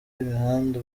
imihanda